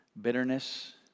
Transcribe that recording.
bitterness